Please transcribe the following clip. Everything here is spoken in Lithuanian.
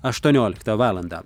aštuonioliktą valandą